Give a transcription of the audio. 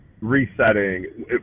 resetting